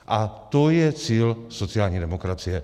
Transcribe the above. A to je cíl sociální demokracie.